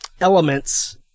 elements